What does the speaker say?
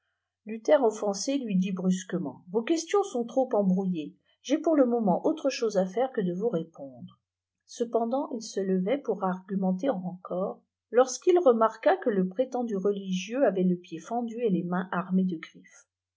luther offensé lui dit brusquement a vos questions sont trop embrouillées j'ai pour le moment autre chose à faire que de vous répondre cependant il se levait pour argumenter encore lorsqu'il remarqua que le prétendu religieux avait le pied feddu et les mains armées de griffes